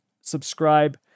subscribe